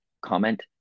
comment